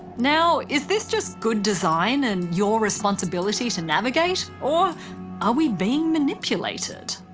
now is this just good design and your responsibility to navigate, or are we being manipulated?